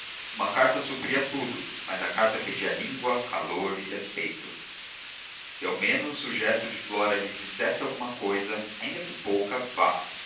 uma carta supria tudo mas a carta pedia língua calor e respeito se ao menos o gesto de flora lhe dissesse alguma cousa ainda que pouca vá